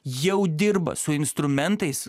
jau dirba su instrumentais